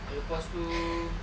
lepas tu